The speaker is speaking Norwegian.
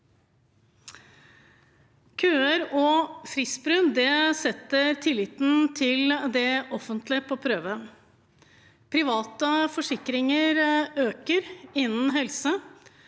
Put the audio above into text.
Køer og fristbrudd setter tilliten til det offentlige på prøve. Antall private forsikringer øker innen helse,